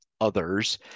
others